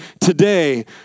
today